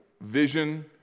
vision